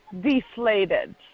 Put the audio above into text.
deflated